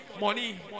Money